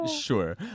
sure